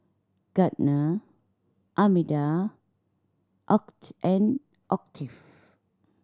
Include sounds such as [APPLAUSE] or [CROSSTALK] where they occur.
Gardner Armida [UNINTELLIGIBLE] and Octave